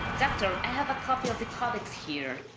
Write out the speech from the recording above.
doctor, i have a copy of the codex here.